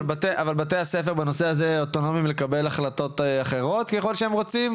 אבל בתי הספר בנושא הזה אוטונומיים לקבל החלטות אחרות ככל שהם רוצים?